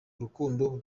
urukundo